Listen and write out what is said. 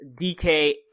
DK